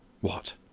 What